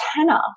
antenna